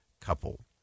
couple